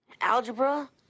algebra